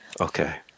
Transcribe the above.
Okay